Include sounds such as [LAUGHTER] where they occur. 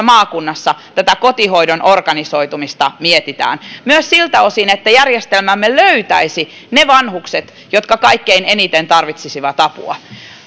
[UNINTELLIGIBLE] maakunnassa tätä kotihoidon organisoitumista mietitään myös siltä osin että järjestelmämme löytäisi ne vanhukset jotka kaikkein eniten tarvitsisivat apua